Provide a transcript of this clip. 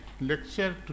lecture